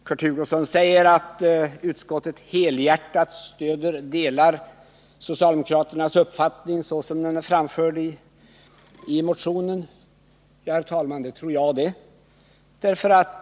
Kurt Hugosson säger att utskottet helhjärtat delar socialdemokraternas uppfattning, såsom den är framförd i motionen. Ja, herr talman, det tror jag det!